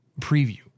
preview